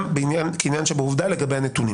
גם כעניין שבעובדה לגבי הנתונים